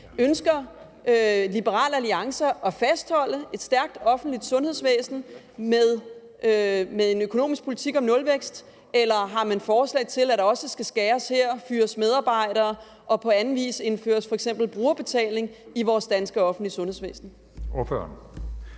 Ønsker Liberal Alliance at fastholde et stærkt offentligt sundhedsvæsen med en økonomisk politik med nulvækst, eller har man forslag til, at der også skal skæres ned og fyres medarbejdere på det område og på anden vis indføres f.eks. brugerbetaling i vores danske offentlige sundhedsvæsen?